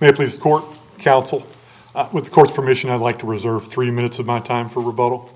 may please court counsel with the court's permission i'd like to reserve three minutes of my time for rebuttal